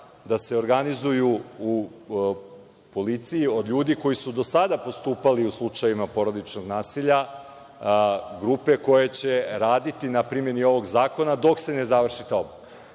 da se organizuju u policiji od ljudi koji su do sada postupali u slučajevima porodičnog nasilja grupe koja će raditi na primeni ovog zakona dok se ne završi ta obuka.